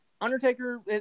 Undertaker